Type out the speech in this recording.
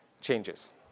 changes